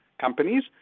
companies